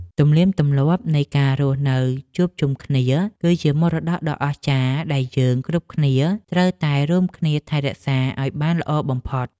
ទំនៀមទម្លាប់នៃការរស់នៅជួបជុំគ្នា គឺជាមរតកដ៏អស្ចារ្យដែលយើងគ្រប់គ្នាត្រូវតែរួមគ្នាថែរក្សាឱ្យបានល្អបំផុត។